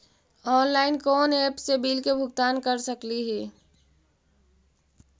Online कोन app से bill के भुगतान कर सकली ही?